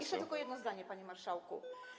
Jeszcze tylko jedno zdanie, panie marszałku.